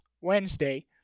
Wednesday